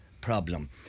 problem